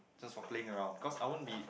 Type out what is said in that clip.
just for playing around because I won't be